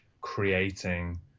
creating